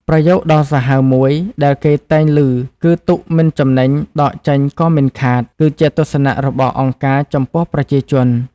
ប្រយោគដ៏សាហាវមួយដែលគេតែងឮគឺ «ទុកមិនចំណេញ ដកចេញក៏មិនខាត» គឺជាទស្សនៈរបស់អង្គការចំពោះប្រជាជន។